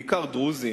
בעיקר דרוזיים,